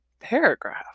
paragraph